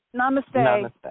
Namaste